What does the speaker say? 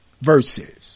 Verses